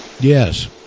Yes